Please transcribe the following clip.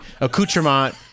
accoutrement